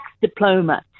diploma